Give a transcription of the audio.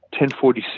1046